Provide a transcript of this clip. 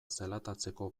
zelatatzeko